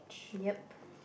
ya